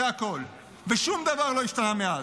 זה הכול, ושום דבר לא השתנה מאז.